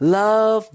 love